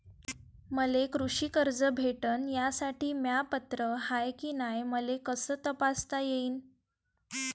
मले कृषी कर्ज भेटन यासाठी म्या पात्र हाय की नाय मले कस तपासता येईन?